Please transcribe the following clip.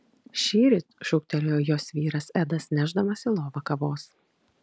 šįryt šūktelėjo jos vyras edas nešdamas į lovą kavos